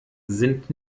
sind